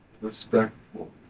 respectful